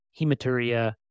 hematuria